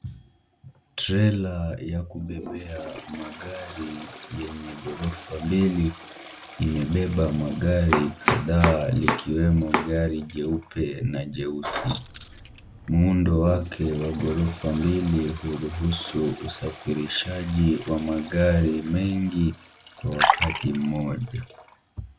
Trela ya kubebea magari yenye ghorofa mbili imebeba magari kadhaa likiwemo gari jeupe na jeusi. Muundo wake wa ghorofa mbili uruhusu usafirishaji wa magari mengi kwa wakati mmoja.